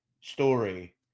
story